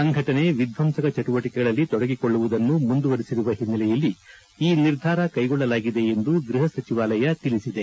ಸಂಘಟನೆ ವಿಧ್ದಂಸಕ ಚಟುವಟಕೆಗಳಲ್ಲಿ ತೊಡಗಿಕೊಳ್ಳುವುದನ್ನು ಮುಂದುವರಿಸಿರುವ ಹಿನ್ನೆಲೆಯಲ್ಲಿ ಈ ನಿರ್ಧಾರ ಕೈಗೊಳ್ಳಲಾಗಿದೆ ಎಂದು ಗೃಹ ಸಚಿವಾಲಯ ತಿಳಿಸಿದೆ